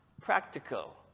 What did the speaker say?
practical